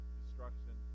destruction